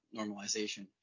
normalization